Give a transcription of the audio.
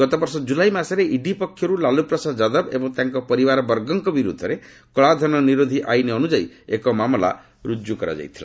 ଗତବର୍ଷ ଜୁଲାଇ ମାସରେ ଇଡି ପକ୍ଷରୁ ଲାଲୁପ୍ରସାଦ ଯାଦବ ଏବଂ ତାଙ୍କ ପରିବାରବର୍ଗଙ୍କ ବିରୋଧରେ କଳାଧନ ନିରୋଧୀ ଆଇନ ଅନୁଯାୟୀ ଏକ ମାମଲା ରୁଜୁ କରାଯାଇଥିଲା